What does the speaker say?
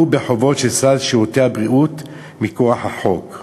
בחובות של סל שירותי הבריאות מכוח החוק.